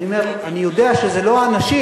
אני אומר, אני יודע שזה לא אנשים,